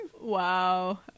Wow